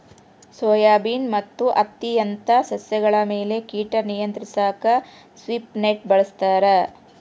soybean ಮತ್ತು ಹತ್ತಿಯಂತ ಸಸ್ಯಗಳ ಮೇಲೆ ಕೀಟ ನಿಯಂತ್ರಿಸಾಕ ಸ್ವೀಪ್ ನೆಟ್ ಬಳಸ್ತಾರ